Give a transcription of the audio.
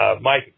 Mike